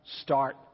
start